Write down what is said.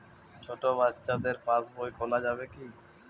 ছোট বাচ্চাদের পাশবই খোলা যাবে কি?